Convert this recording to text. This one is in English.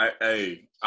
hey